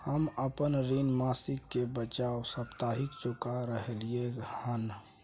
हम अपन ऋण मासिक के बजाय साप्ताहिक चुका रहलियै हन